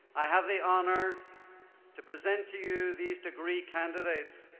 i have the honor to present to you these degree candidates,